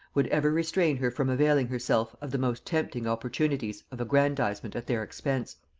would ever restrain her from availing herself of the most tempting opportunities of aggrandizement at their expense.